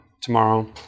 tomorrow